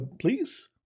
please